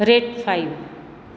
rate five